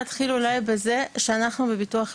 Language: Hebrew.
בנוגע לסרטן,